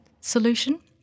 solution